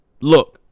Look